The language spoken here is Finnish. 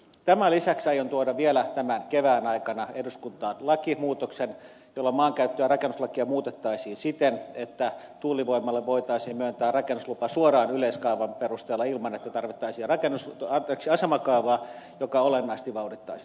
tämän lisäksi aion tuoda vielä tämän kevään aikana eduskuntaan lakimuutoksen jolla maankäyttö ja rakennuslakia muutettaisiin siten että tuulivoimalle voitaisiin myöntää rakennuslupa suoraan yleiskaavan perusteella ilman että tarvittaisiin asemakaavaa mikä olennaisesti vauhdittaisi näitä